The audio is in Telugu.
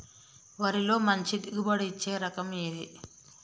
వరిలో మంచి దిగుబడి ఇచ్చే రకం ఏది?